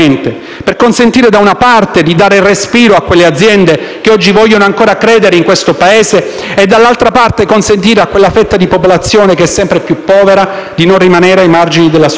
consentire - da una parte - di dare respiro a quelle aziende che oggi vogliono ancora credere in questo Paese e - dall'altra parte - consentire a quella fetta di popolazione che è sempre più povera di non rimanere ai margini della società.